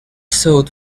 sold